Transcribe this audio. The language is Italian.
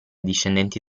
discendenti